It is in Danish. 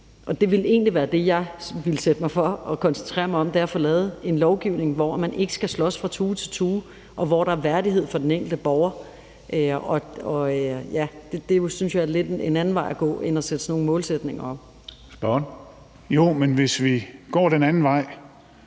og det vil egentlig være det, jeg vil sætte mig for og koncentrere mig om, altså at få lavet en lovgivning, hvor man ikke skal slås fra tue til tue, og hvor der er en værdighed for den enkelte borger. Og det synes jeg jo er en lidt anden vej at gå end at sætte sådan nogle målsætninger op. Kl. 16:22 Tredje